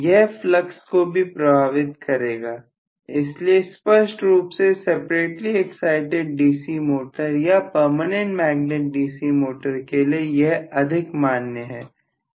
यह फ्लक्स को भी प्रभावित करेगा इसलिए स्पष्ट रूप से सेपरेटली एक्साइटिड डीसी मोटर या परमानेंट मैग्नेट डीसी मोटर के लिए यह अधिक मान्य है